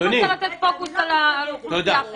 היא רוצה לתת פוקוס על ילדים שאין להם,